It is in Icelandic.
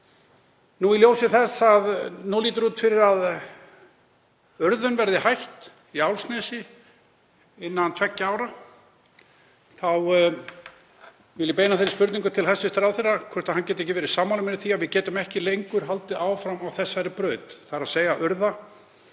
Í ljósi þess að nú lítur út fyrir að urðun verði hætt í Álfsnesi innan tveggja ára vil ég beina þeirri spurningu til hæstv. ráðherra hvort hann geti ekki verið sammála mér um að við getum ekki lengur haldið áfram á þessari braut, þ.e. að urða